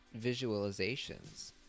visualizations